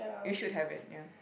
you should have it yeah